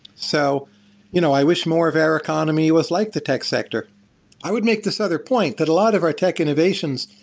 so you know i wish more of our economy was like the tech sector i would make this other point that a lot of our tech innovations,